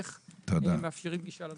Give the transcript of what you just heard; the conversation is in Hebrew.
איך מאפשרים גישה אליהם.